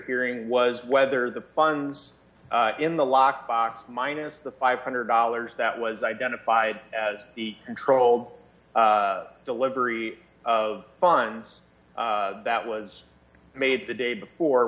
hearing was whether the funds in the lockbox minus the five hundred dollars that was identified as the controlled delivery of funds that was made the day before